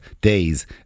day's